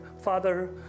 father